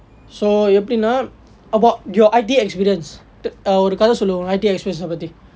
so எப்படின்னா:eppadinnaa about your I_T experience ஒரு கதை சொல்லு உன்னோட:oru kathai sollu unnoda I_T experience பற்றி:parri